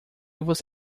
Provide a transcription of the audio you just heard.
você